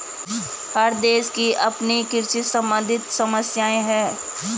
हर देश की अपनी कृषि सम्बंधित समस्याएं हैं